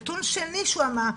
נתון שני שהוא אמר,